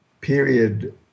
period